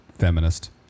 feminist